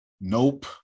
nope